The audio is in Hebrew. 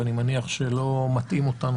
ואני מניח שלא מטעים אותנו,